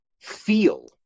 feel